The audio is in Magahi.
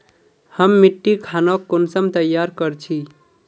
हम मिट्टी खानोक कुंसम तैयार कर छी?